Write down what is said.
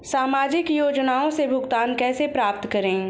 सामाजिक योजनाओं से भुगतान कैसे प्राप्त करें?